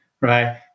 right